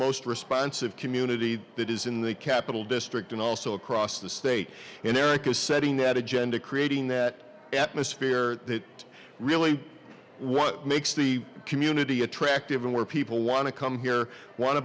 most responsive community that is in the capital district and also across the state in america setting that agenda creating that atmosphere that really what makes the community attractive and where people want to come here wan